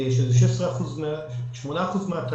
שהם 8% מהתל"ג.